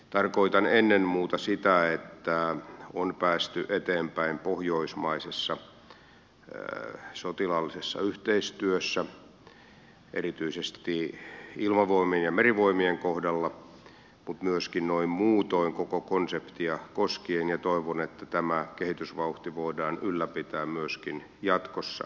tarkoitan ennen muuta sitä että on päästy eteenpäin pohjoismaisessa sotilaallisessa yhteistyössä erityisesti ilmavoimien ja merivoimien kohdalla mutta myöskin noin muutoin koko konseptia koskien ja toivon että tämä kehitysvauhti voidaan ylläpitää myöskin jatkossa